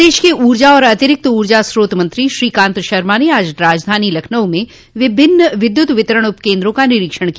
प्रदेश के ऊर्जा और अतिरिक्त ऊर्जा स्रोत मंत्री श्रीकांत शर्मा ने आज राजधानी लखनऊ में विभिन्न विद्युत वितरण उपकेन्द्रों का निरीक्षण किया